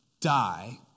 die